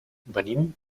venim